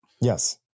Yes